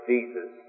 Jesus